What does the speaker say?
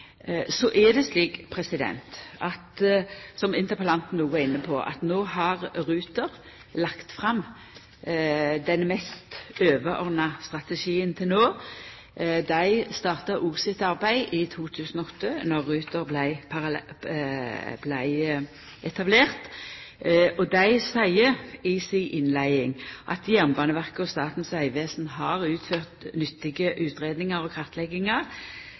Så er det slik, som òg interpellanten var inne på, at Ruter har lagt fram den mest overordna strategien til no. Dei starta opp sitt arbeid i 2008 då Ruter vart etablert, og dei seier i si innleiing at Jernbaneverket og Statens vegvesen har utført nyttige utgreiingar og kartleggingar.